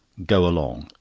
go along.